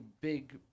big